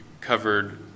covered